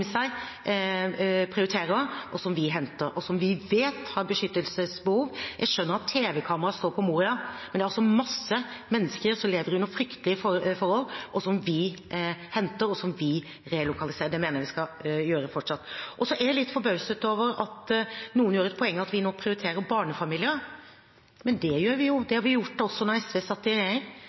mennesker som lever under fryktelige forhold, som vi henter, og som vi relokaliserer. Det mener jeg vi skal gjøre fortsatt. Så er jeg litt forbauset over at noen gjør et poeng av at vi nå prioriterer barnefamilier. Det gjør vi jo, men det gjorde vi også da SV satt i regjering.